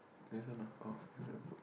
this one ah orh this one I put